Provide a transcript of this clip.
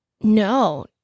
No